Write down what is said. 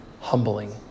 humbling